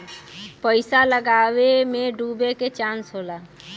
पइसा लगावे मे डूबे के चांस होला